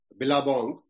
Bilabong